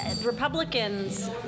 Republicans